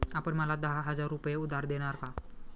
आपण मला दहा हजार रुपये उधार देणार का?